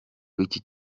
w’iki